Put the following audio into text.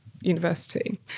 University